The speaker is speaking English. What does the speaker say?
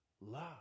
Love